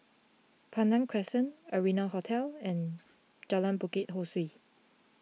Pandan Crescent Arianna Hotel and Jalan Bukit Ho Swee